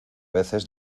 veces